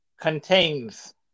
contains